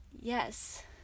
Yes